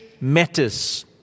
Matters